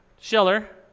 Schiller